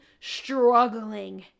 struggling